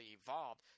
evolved